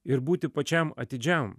ir būti pačiam atidžiam